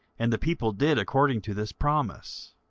and the people did according to this promise.